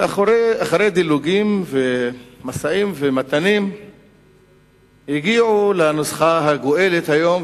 ואחרי דילוגים ומשאים ומתנים הגיעו לנוסחה הגואלת היום,